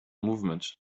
movement